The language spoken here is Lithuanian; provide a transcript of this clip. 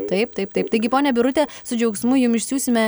taip taip taip taigi ponia birute su džiaugsmu jum išsiųsime